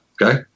Okay